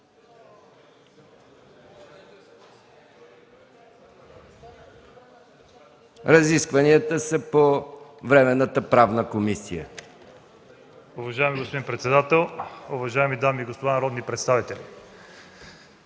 Разискванията са по Временната правна комисия.